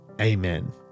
Amen